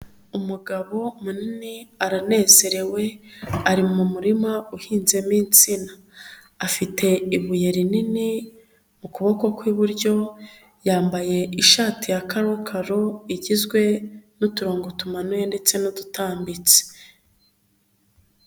Umugabo munini aranezerewe, ari mu murima uhinzemo insina, afite ibuye rinini mu kuboko kw'iburyo, yambaye ishati ya karokaro igizwe n'uturongo tumanuye ndetse n'udutambitse.